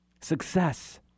success